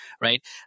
right